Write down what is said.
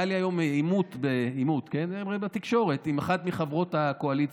היה לי היום עימות בתקשורת עם אחת מחברות הקואליציה,